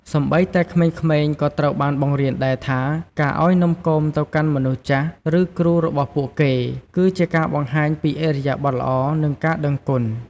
សូម្បីតែក្មេងៗក៏ត្រូវបានបង្រៀនដែរថា ការឱ្យនំគមទៅកាន់មនុស្សចាស់ ឬគ្រូរបស់ពួកគេ គឺជាការបង្ហាញពីឥរិយាបថល្អ និងការដឹងគុណ។